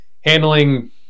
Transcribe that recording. handling